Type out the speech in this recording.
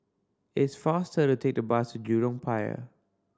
it is faster to take the bus to Jurong Pier